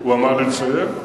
הוא אמר לך לסיים.